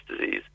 disease